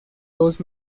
dos